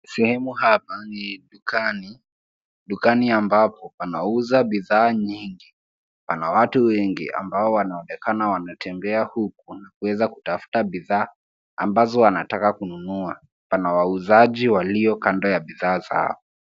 Sehemu hapa ni dukani, dukani ambapo panauza bidhaa nyingi. Pana watu wengi ambao wanaonekana wametembea huku kuweza kutafuta bidhaa ambazo wanataka kununua. Pana wauzaji walio kando ya bidhaa zao.